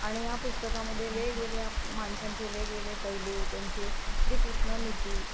आणि या पुस्तकामध्ये वेगवेगळ्या माणसांचे वेगवेगळे पैलू त्यांचे श्रीकृष्ण निती